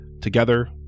Together